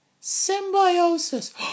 Symbiosis